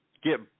get